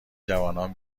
جوانان